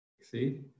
See